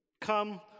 come